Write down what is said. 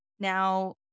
Now